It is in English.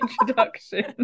introduction